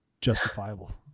Justifiable